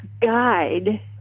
guide